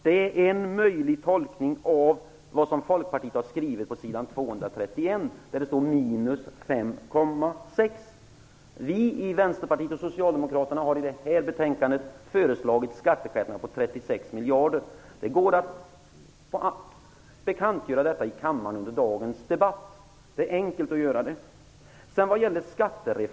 Det är en möjlig tolkning av vad Folkpartiet har skrivit på s. 231 i betänkandet, där det står minus 5,6 miljarder. Vänsterpartiet och Socialdemokraterna har i det här betänkandet föreslagit skatteskärpningar på 36 miljarder. Isa Halvarsson kan bekantgöra Folkpartiets uppfattning i kammaren under dagens debatt. Det är enkelt att göra.